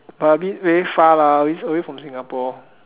but a bit very far lah away away from Singapore